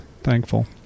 thankful